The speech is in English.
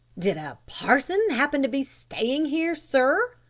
did a parson happen to be staying here, sir?